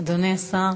יקבע, אדוני השר,